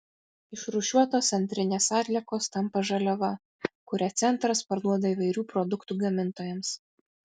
išrūšiuotos antrinės atliekos tampa žaliava kurią centras parduoda įvairių produktų gamintojams